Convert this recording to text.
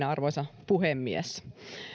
arvoisa puhemies